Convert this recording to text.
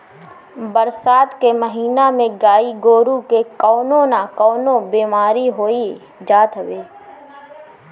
बरसात के महिना में गाई गोरु के कवनो ना कवनो बेमारी होइए जात हवे